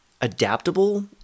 adaptable